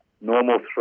normal